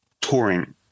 touring